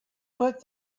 put